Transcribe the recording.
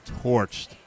torched